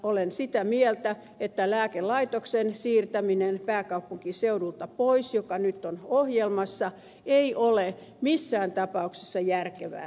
olen sitä mieltä että lääkelaitoksen siirtäminen pääkaupunkiseudulta pois joka nyt on ohjelmassa ei ole missään tapauksessa järkevää